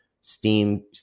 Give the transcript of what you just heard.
Steam